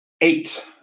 Eight